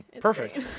Perfect